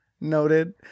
noted